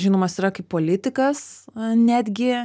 žinomas yra kaip politikas netgi